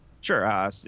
Sure